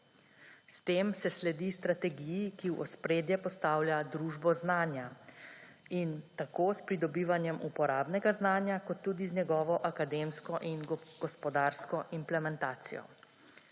S tem se sledi strategiji, ki v ospredje postavlja družbo znanja in tako s pridobivanjem uporabnega znanja kot tudi z njegovo akademsko in gospodarsko implementacijo.